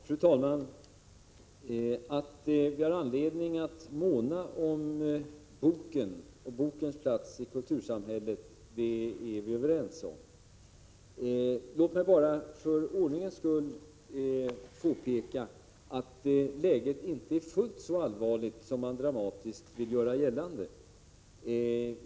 Fru talman! Att vi har anledning att måna om boken och bokens plats i kultursamhället är vi överens om. Låt mig bara för ordningens skull påpeka att läget inte är fullt så allvarligt som man dramatiskt vill göra gällande.